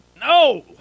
no